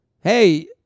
Hey